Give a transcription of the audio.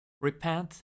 Repent